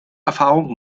erfahrung